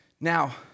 Now